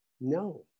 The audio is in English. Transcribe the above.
No